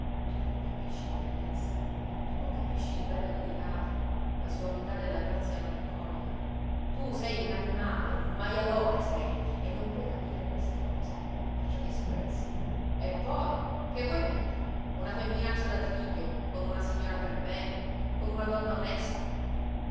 tu non capisci le finezze tu non capisci il bello delicato la soavità della grazia malinconica tu sei un animale un majalone sei e non puoi capire queste cose perciò disprezzi e poi che vuoi mettere una femminaccia da trivio con una signora per bene con una donna onesta